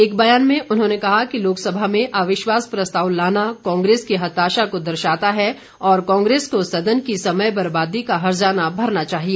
एक बयान में उन्होंने कहा कि लोकसभा में अविश्वास प्रस्ताव लाना कांग्रेस की हताशा को दर्शाता है और कांग्रेस को सदन की समय बर्बादी का हर्जाना भरना चाहिए